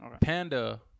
Panda